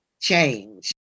change